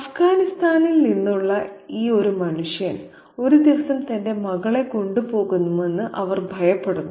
അഫ്ഗാനിസ്ഥാനിൽ നിന്നുള്ള ഈ മനുഷ്യൻ ഒരു ദിവസം തന്റെ മകളെ കൊണ്ടുപോകുമെന്ന് അവൾ ഭയപ്പെടുന്നു